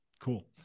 Cool